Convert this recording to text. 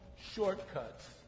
shortcuts